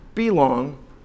belong